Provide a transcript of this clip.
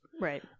Right